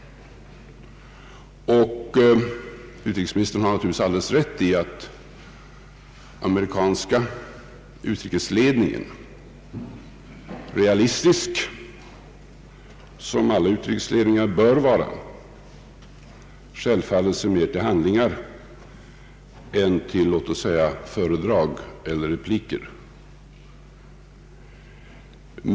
Utrikesministern har naturligtvis alldeles rätt i att den amerikanska utrikesledningen — realistisk som alla utrikesledningar bör vara — självfallet ser mer till handlingar än till låt oss säga föredrag eller repliker.